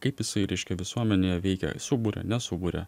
kaip jisai reiškia visuomenėje veikia suburia nesuburia